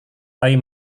tapi